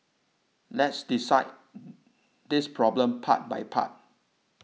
let's dissect this problem part by part